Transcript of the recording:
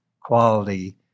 quality